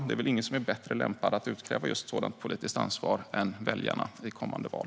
Det är väl inga som är bättre lämpade att utkräva just ett sådant politiskt ansvar än just väljarna i kommande val.